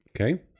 Okay